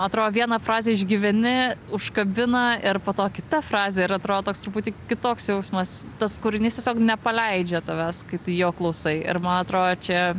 atro vieną frazę išgyveni užkabina ir po to kita frazė ir atro toks truputį kitoks jausmas tas kūrinys tiesiog nepaleidžia tavęs kai tu jo klausai ir ma atro čia